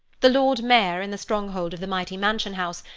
the lord mayor, in the stronghold of the mighty mansion house,